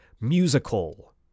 musical